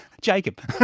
Jacob